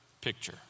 picture